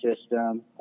system